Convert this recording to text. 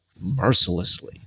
mercilessly